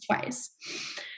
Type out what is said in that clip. twice